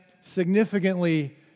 significantly